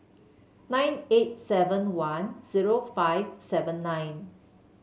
nine eight seven one zero five seven nine